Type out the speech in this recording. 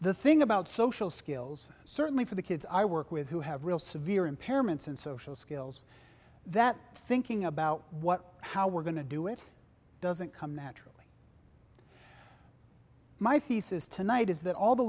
the thing about social skills certainly for the kids i work with who have real severe impairments and social skills that thinking about what how we're going to do it doesn't come naturally my thesis tonight is that all the